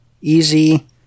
easy